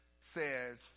says